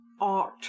art